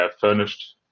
furnished